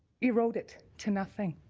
erode it to nothing.